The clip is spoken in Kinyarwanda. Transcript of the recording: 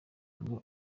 ngo